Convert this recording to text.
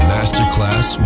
Masterclass